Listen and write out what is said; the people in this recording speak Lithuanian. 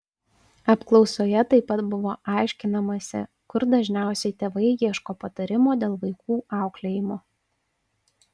apklausoje taip pat buvo aiškinamasi kur dažniausiai tėvai ieško patarimo dėl vaikų auklėjimo